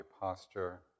posture